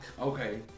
Okay